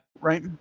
right